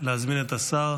להזמין את השר